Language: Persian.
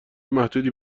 محدودی